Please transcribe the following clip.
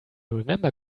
remember